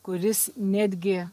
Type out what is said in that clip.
kuris netgi